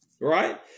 right